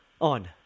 on